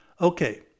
Okay